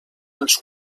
els